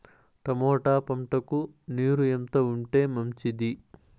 Tomato పంటకు నీరు ఎంత ఉంటే మంచిది?